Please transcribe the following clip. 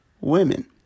women